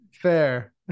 Fair